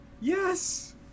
Yes